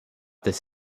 this